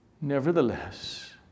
Nevertheless